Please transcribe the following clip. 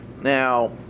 Now